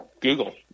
Google